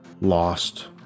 lost